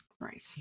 Right